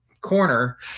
corner